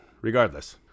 regardless